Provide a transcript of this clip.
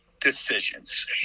decisions